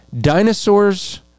dinosaurs